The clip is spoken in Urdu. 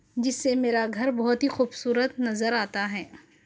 جس سے میرا گھر بہت ہی خوبصورت نظر آتا ہے